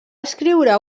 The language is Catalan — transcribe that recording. escriure